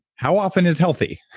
how often is healthy?